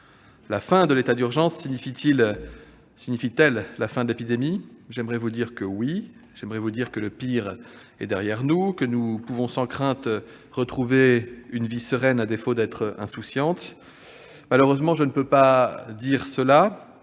La fin de l'état d'urgence signifie-t-elle la fin de l'épidémie ? J'aimerais vous dire que oui. J'aimerais vous dire que le pire est derrière nous et que nous pouvons sans crainte retrouver une vie qui soit sereine, à défaut d'être insouciante ... Mais ce serait malheureusement